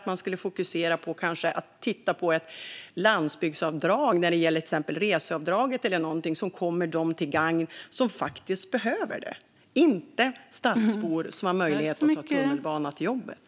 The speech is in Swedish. Man borde i stället titta på ett landsbygdsreseavdrag som kommer dem till gagn som faktiskt behöver det, inte stadsbor som kan ta tunnelbanan till jobbet.